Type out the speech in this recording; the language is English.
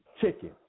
chicken